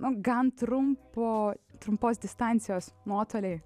nu gan trumpo trumpos distancijos nuotoliai